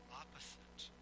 opposite